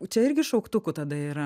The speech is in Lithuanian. čia irgi šauktukų tada yra